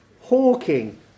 hawking